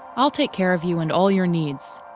i'll take care of you, and all your needs.